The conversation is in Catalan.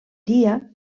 dia